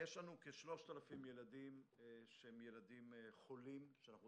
יש לנו כ-3,000 ילדים חולים שאנחנו